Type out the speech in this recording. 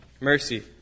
Mercy